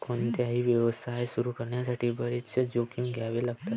कोणताही व्यवसाय सुरू करण्यासाठी बरेच जोखीम घ्यावे लागतात